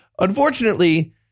unfortunately